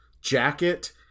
jacket